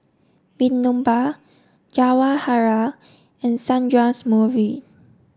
Vinoba Jawaharlal and Sundramoorthy